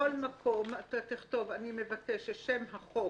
בכל מקום אתה תכתוב: אני מבקש ששם החוק